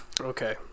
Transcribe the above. okay